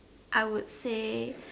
I would say